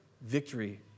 victory